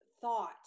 thought